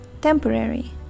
temporary